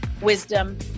wisdom